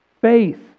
Faith